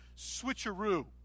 switcheroo